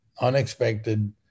unexpected